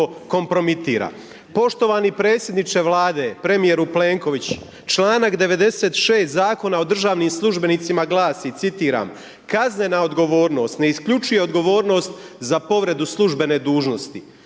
kompromitira. Poštovani predsjedniče Vlade, premjeru Plenković, čl. 96. Zakona o državnim službenicima glasi, citiram „Kaznena odgovornost, ne isključuje odgovornost za povrede službene dužnosti.“